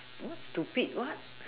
what stupid what